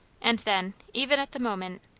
and then, even at the moment,